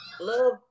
love